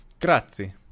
Grazie